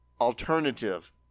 alternative